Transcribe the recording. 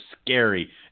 scary